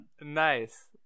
Nice